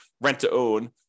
rent-to-own